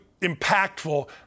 impactful